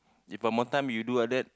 if one more time you do like that